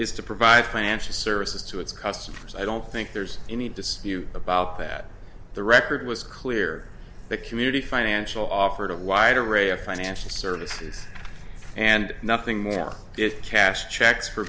is to provide financial services to its customers i don't think there's any dispute about that the record was clear the community financial offered a wide array of financial services and nothing more than if cash checks for